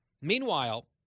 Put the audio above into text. Meanwhile